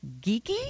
geeky